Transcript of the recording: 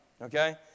okay